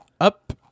up